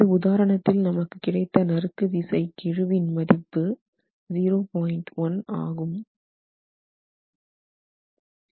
இந்த உதாரணத்தில் நமக்கு கிடைத்த நறுக்கு விசை கெழுவின் மதிப்பு 0